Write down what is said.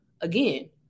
again